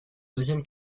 deuxième